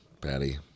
Patty